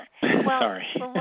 Sorry